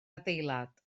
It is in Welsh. adeilad